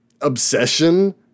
obsession